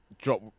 drop